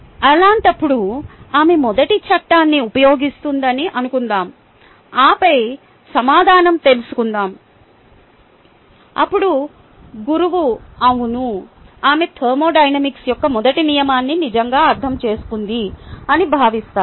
అలాంటప్పుడు ఆమె మొదటి చట్టాన్ని ఉపయోగిస్తుందని అనుకుందాం ఆపై సమాధానం తెలుసుకుందాం అప్పుడు గురువు అవును ఆమె థర్మోడైనమిక్స్ యొక్క మొదటి నియమాన్ని నిజంగా అర్థం చేసుకుంది అని భావిస్తారు